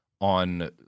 on